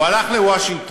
הוא הלך לוושינגטון,